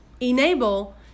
enable